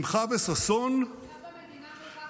שמחה וששון, המצב במדינה כל כך משעשע?